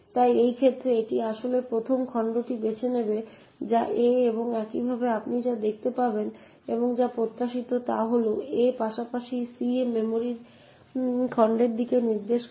তাই এই ক্ষেত্রে এটি আসলে প্রথম খণ্ডটি বেছে নেবে যা a এবং এইভাবে আপনি যা দেখতে পাবেন এবং যা প্রত্যাশিত তা হল a পাশাপাশি c একই মেমরি খণ্ডের দিকে নির্দেশ করবে